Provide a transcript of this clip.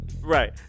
right